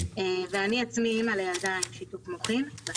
אני עצמי אימא לילדה בת ארבע עם שיתוק מוחין.